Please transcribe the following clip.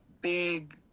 Big